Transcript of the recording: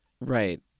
Right